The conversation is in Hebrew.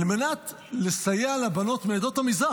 על מנת לסייע לבנות מעדות המזרח,